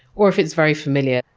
or if it's very familiar.